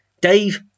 Dave